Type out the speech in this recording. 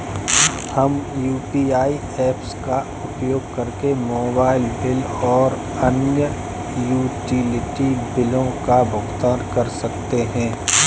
हम UPI apps का उपयोग करके मोबाइल बिल और अन्य यूटिलिटी बिलों का भुगतान कर सकते हैं